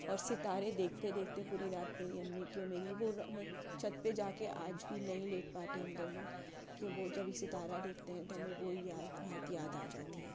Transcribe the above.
اور ستارے دیکھتے دیکھتے پوری رات میری امی کی اور میری وہ میں چھت پہ جا کے آج بھی نہیں لیٹ پاتے ہیں ہم دونوں کہ وہ جب ستارہ دیکھتے ہیں تو ہمیں وہی یاد رات یاد آ جاتی ہے